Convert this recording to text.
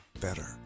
better